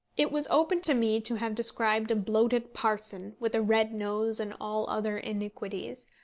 it was open to me to have described a bloated parson, with a red nose and all other iniquities,